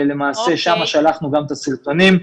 ולמעשה שם שלחנו גם את הסרטונים.